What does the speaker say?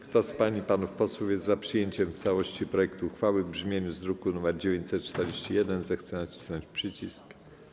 Kto z pań i panów posłów jest za przyjęciem w całości projektu uchwały w brzmieniu z druku nr 941, zechce nacisnąć przycisk.